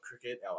cricket